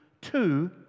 two